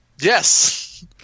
yes